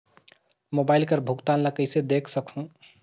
Mobile कर भुगतान ला कइसे देख सकहुं?